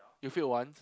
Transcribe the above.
you failed once